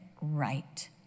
right